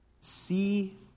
see